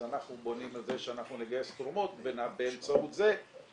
אז אנחנו בונים על זה שאנחנו נגייס תרומות באמצעות זה נעזור